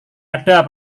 ada